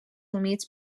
humits